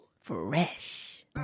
Fresh